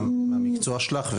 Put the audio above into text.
גם מהמקצוע שלך,